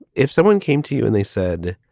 if someone came to you and they said,